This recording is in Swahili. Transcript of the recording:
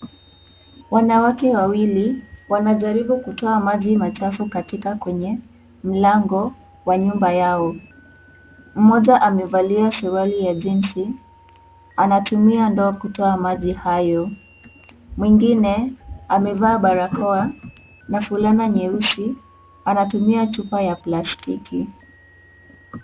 Wanawake wawili wanajaribu kutoa maji machafu katika kwenye mlango wa nyumba yao. Mmoja amevalia suruali ya jeans anatumia ndoo kutoa maji hayo, mwingine amevaa barakoa na fulana nyeusi anatumia chupa ya plastiki.